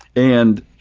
and,